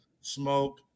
Smoke